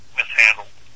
mishandled